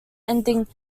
ending